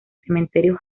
cementerio